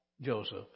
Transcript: Joseph